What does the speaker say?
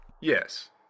Yes